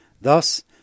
Thus